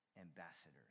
ambassadors